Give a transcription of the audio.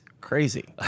crazy